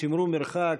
שמרו מרחק,